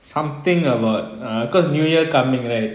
something about err cause new year coming right